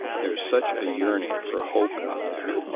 there's such a yearning for hope out there,